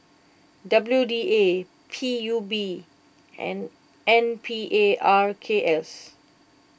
W D A P U B and N P A R K S